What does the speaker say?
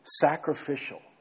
Sacrificial